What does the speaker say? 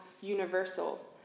universal